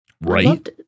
Right